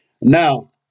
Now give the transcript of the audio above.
Now